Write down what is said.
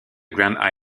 grand